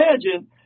imagine